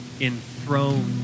enthroned